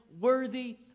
worthy